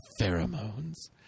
pheromones